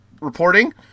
reporting